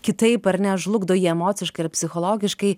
kitaip ar ne žlugdo jį emociškai ar psichologiškai